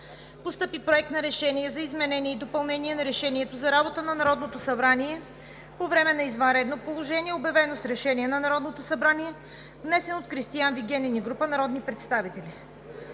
постъпи Проект на решение за изменение и допълнение на Решението за работа на Народното събрание по време на извънредното положение обявено с Решение на Народното събрание, внесен от Кристиан Вигенин и група народни представители.